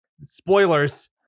Spoilers